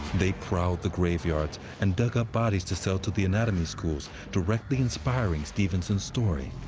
they prowled the graveyards, and dug up bodies to sell to the anatomy schools, directly inspiring stevenson's story.